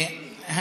על השבת.